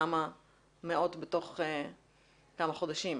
כמה מאות בתוך כמה חודשים.